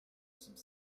some